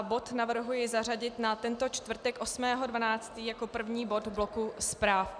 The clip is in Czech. Bod navrhuji zařadit na tento čtvrtek 8. 12. jako první bod bloku zpráv.